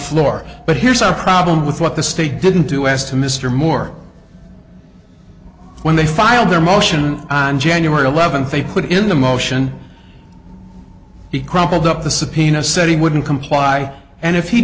floor but here's our problem with what the state didn't do as to mr moore when they filed their motion on january eleventh they put in the motion he crumpled up the subpoena said he wouldn't comply and if he